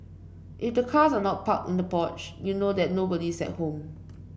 if the cars are not parked in the porch you know that nobody's at home